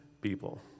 people